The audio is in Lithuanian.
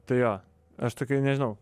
tai jo aš tikrai nežinau